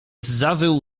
zawył